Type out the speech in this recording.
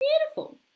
beautiful